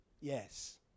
yes